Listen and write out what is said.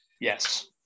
Yes